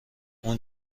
اون